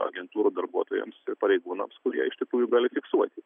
agentūrų darbuotojams ir pareigūnams kurie iš tikrųjų gali fiksuoti